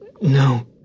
No